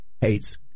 hates